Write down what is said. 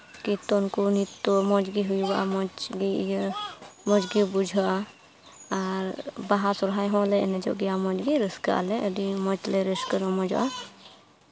ᱠᱤᱨᱛᱚᱱ ᱠᱚ ᱱᱤᱛᱛᱚ ᱢᱚᱡᱽ ᱜᱮ ᱦᱩᱭᱩᱜᱚᱜᱼᱟ ᱢᱚᱡᱽ ᱜᱮ ᱤᱭᱟᱹ ᱢᱚᱡᱽ ᱜᱮ ᱵᱩᱡᱷᱟᱹᱜᱼᱟ ᱟᱨ ᱵᱟᱦᱟ ᱥᱚᱨᱦᱟᱭ ᱦᱚᱸᱞᱮ ᱮᱱᱮᱡᱚᱜ ᱜᱮᱭᱟ ᱢᱚᱡᱽ ᱜᱮ ᱨᱟᱹᱥᱠᱟᱹᱜᱼᱟ ᱞᱮ ᱟᱹᱰᱤ ᱢᱚᱡᱽ ᱞᱮ ᱨᱟᱹᱥᱠᱟᱹ ᱨᱚᱢᱚᱡᱚᱜᱼᱟ